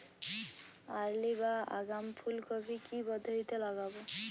Early বা আগাম ফুল কপি কি পদ্ধতিতে লাগাবো?